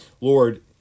Lord